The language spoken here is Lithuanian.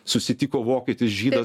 susitiko vokietis žydas